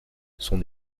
son